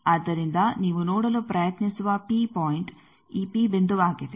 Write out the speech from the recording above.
ಆದ್ದರಿಂದ ನೀವು ನೋಡಲು ಪ್ರಯತ್ನಿಸುವ ಪಿ ಪಾಯಿಂಟ್ ಈ ಪಿ ಬಿಂದುವಾಗಿದೆ